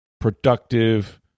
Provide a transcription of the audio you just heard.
productive